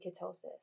ketosis